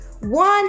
One